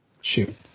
Shoot